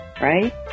right